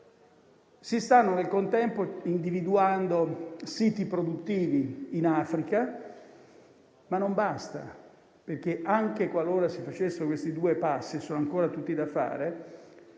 Si stanno nel contempo individuando siti produttivi in Africa, ma non basta, perché, anche qualora si facessero questi due passi, che sono ancora tutti da fare,